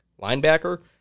Linebacker